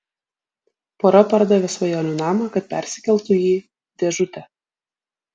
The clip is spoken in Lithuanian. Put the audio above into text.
pora pardavė svajonių namą kad persikeltų į dėžutę